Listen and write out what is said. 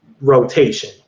rotation